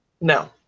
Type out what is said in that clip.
No